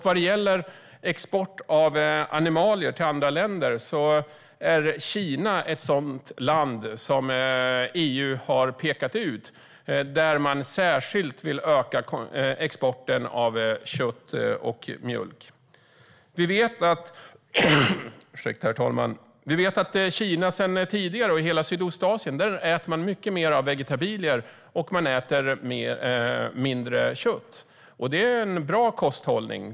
Vad gäller export av animalier till andra länder är Kina ett sådant land som EU har pekat ut dit man särskilt vill öka exporten av kött och mjölk. Vi vet sedan tidigare att man i Kina och i hela Sydostasien äter mycket mer vegetabilier och mindre kött. Det är en bra kosthållning.